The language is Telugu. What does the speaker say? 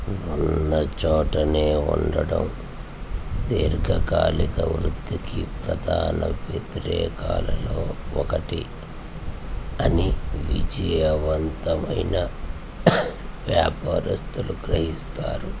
ఉన్నచోటనే ఉండటం దీర్ఘకాలిక వృద్ధికి ప్రధాన వ్యతిరేకాలలో ఒకటి అని విజయవంతమైన వ్యాపారస్థులు గ్రహిస్తారు